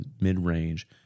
mid-range